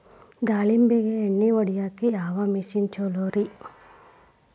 ದಾಳಿಂಬಿಗೆ ಎಣ್ಣಿ ಹೊಡಿಯಾಕ ಯಾವ ಮಿಷನ್ ಛಲೋರಿ?